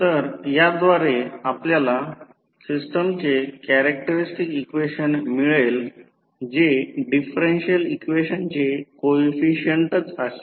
तर याद्वारे आपल्याला सिस्टमचे कॅरेक्टरस्टिक्स इक्वेशन मिळेल जे डिफरेन्शिअल इक्वेशनचे कोइफिसिएंटच असेल